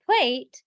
plate